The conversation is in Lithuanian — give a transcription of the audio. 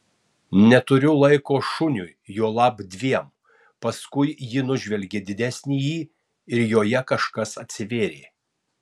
neturiu laiko šuniui juolab dviem paskui ji nužvelgė didesnįjį ir joje kažkas atsivėrė